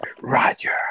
Roger